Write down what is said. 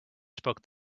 spoke